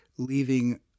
Leaving